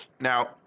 now